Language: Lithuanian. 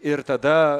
ir tada